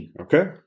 Okay